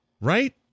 right